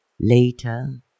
Later